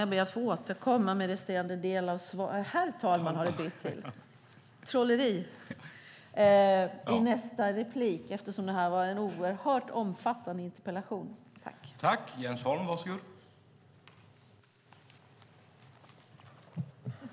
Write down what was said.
Jag ber att få återkomma med resterande del av svaret i nästa inlägg, eftersom det är ett oerhört omfattande interpellationssvar.